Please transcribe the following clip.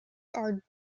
are